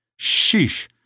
Sheesh